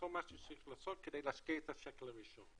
כל מה שצריך לעשות כדי להשקיע את השקל הראשון.